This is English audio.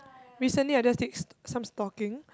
recently I just did s~ some stalking